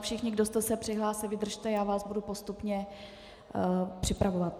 Všichni, kdo jste se přihlásili, vydržte, já vás budu postupně připravovat.